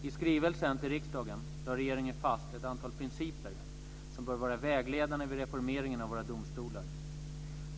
I skrivelsen till riksdagen lade regeringen fast ett antal principer som bör vara vägledande vid reformeringen av våra domstolar.